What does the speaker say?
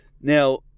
Now